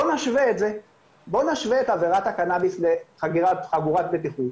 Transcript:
בואו נשווה את עבירת הקנאביס לחגירת חגורת בטיחות,